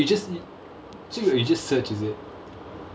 so you just so you just search is it